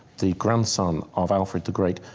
the grandson of alfred the great,